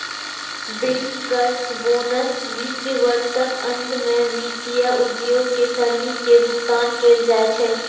bankers bonus वित्त वर्षक अंत मे वित्तीय उद्योग के श्रमिक कें भुगतान कैल जाइ छै